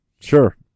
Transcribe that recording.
sure